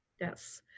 Yes